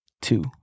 two